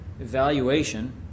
evaluation